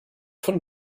von